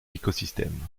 écosystème